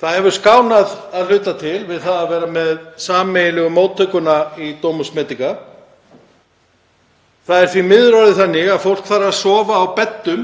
hæli hefur skánað að hluta til við það að vera með sameiginlegu móttökuna í Domus Medica. Það er því miður orðið þannig að fólk þarf að sofa á beddum